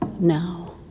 now